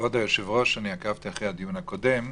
כבוד היושב-ראש, אני עקבתי אחרי הדיון הקודם.